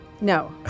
No